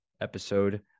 episode